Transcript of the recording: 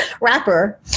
rapper